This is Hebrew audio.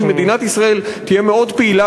שמדינת ישראל תהיה מאוד פעילה,